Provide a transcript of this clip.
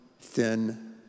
thin